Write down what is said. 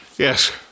Yes